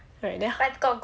right then 他